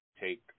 take